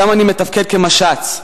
שם אני מתפקד כמש"ץ,